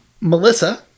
Melissa